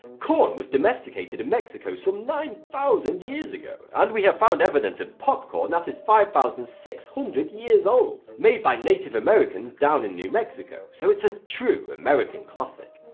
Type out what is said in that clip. corn was domesticated in mexico some nine thousand years ago and we have found evidence of popcorn that is five thousand six hundred years old, made by native americans down in new mexico, so it's a true american classic.